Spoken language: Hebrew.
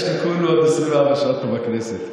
יש לך כולה עוד 24 שעות פה כחבר כנסת.